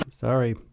Sorry